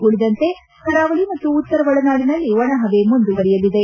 ಉಳಿದಂತೆ ಕರಾವಳಿ ಮತ್ತು ಉತ್ತರ ಒಳನಾಡಿನಲ್ಲಿ ಒಣಹವೆ ಮುಂದುವರಿಯಲಿದೆ